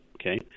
okay